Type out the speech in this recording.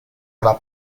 alla